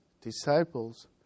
disciples